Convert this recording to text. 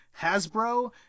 Hasbro